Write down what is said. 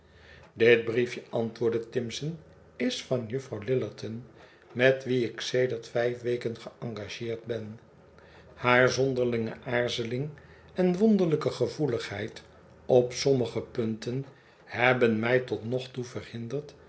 dit briefje antwoordde timson is van juffrouw lillerton met wie ik sedert vijf weken geengageerd ben haar zonderlinge aarzeling en wonderlyke gevoeligheid op sommige punten hebben mij totnogtoe verhinderd